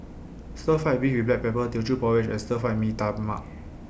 Stir Fried Beef with Black Pepper Teochew Porridge and Stir Fried Mee Tai Mak